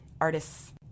artists